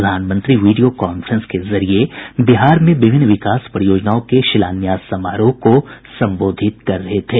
प्रधानमंत्री video conference के जरिए बिहार में विभिन्न विकास परियोजनाओं के शिलान्यास समारोह को संबोधित कर रहे थे